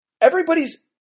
Everybody's